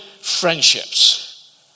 friendships